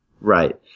Right